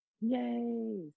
Yay